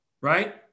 right